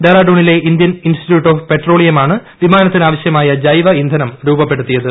ഡെറാഡൂണിലെ Indian institute of പെട്രോളിയമാണ് വിമാനത്തിനാവശ്യമായ ജൈവ ഇന്ധനം രൂപപ്പെടുത്തിയത്